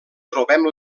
trobem